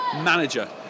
manager